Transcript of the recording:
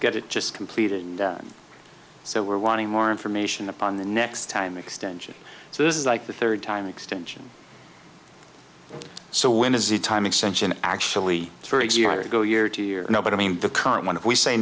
get it just completed and so we're wanting more information upon the next time extension so this is like the third time extension so when is the time extension actually three eggs year to go year to year no but i mean the current one if we say